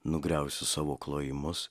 nugriausiu savo klojimus